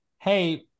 hey